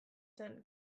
zen